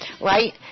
right